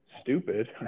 stupid